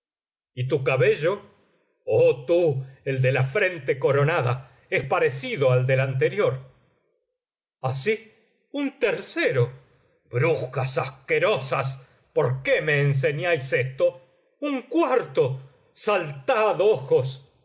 y tu cabello oh tú el de la frente coronada es parecido al del anterior así un tercero brujas asquerosas por qué me enseñáis esto un cuarto saltad ojos